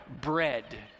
bread